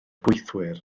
gweithwyr